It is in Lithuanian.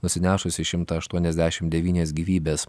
nusinešusi šimtą aštuoniasdešim devynias gyvybes